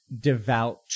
devout